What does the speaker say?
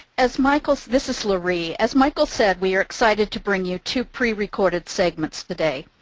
as michael's this is loree as michael said, we are excited to bring you two pre-recorded segments today.